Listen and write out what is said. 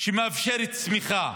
שמאפשר צמיחה,